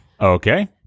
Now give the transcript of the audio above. Okay